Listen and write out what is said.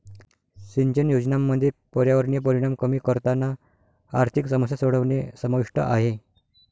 सिंचन योजनांमध्ये पर्यावरणीय परिणाम कमी करताना आर्थिक समस्या सोडवणे समाविष्ट आहे